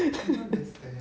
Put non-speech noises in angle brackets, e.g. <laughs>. <laughs>